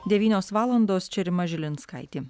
devynios valandos čia rima žilinskaitė